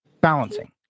balancing